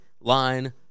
line